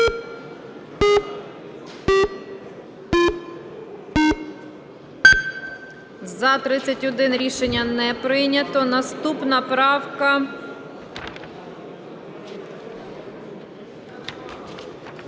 За-31 Рішення не прийнято. Наступна правка